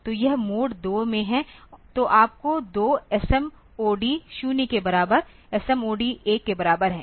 तो यह मोड 2 में है तो आपको दो SMOD 0 के बराबर SMOD 1 के बराबर है